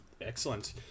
Excellent